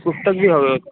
पुस्तक बी हवे होतं